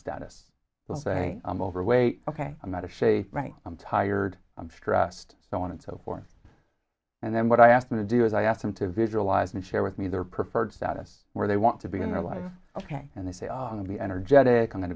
status will say i'm overweight ok i'm out of shape right i'm tired i'm stressed so on and so forth and then what i asked them to do is i asked him to visualize and share with me their preferred status where they want to be in their life and they say on a be energetic